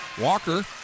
Walker